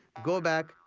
go back,